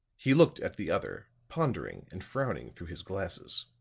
he looked at the other, pondering and frowning through his glasses.